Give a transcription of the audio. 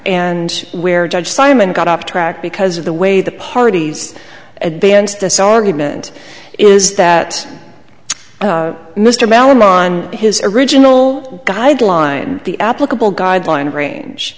and where judge simon got up track because of the way the parties advanced this argument is that mr melham on his original guideline the applicable guideline range